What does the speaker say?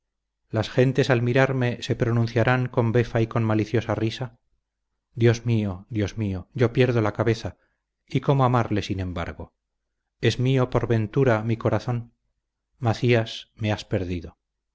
las gentes al mirarme le pronunciarán con befa y con maliciosa risa dios mío dios mío yo pierdo la cabeza y cómo amarle sin embargo es mío por ventura mi corazón macías me has perdido